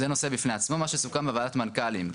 זה נושא בפני עצמו, מה שסוכם בוועדת מנכ"לים.